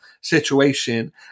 situation